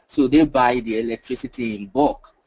so they're buying their electricity in bulk,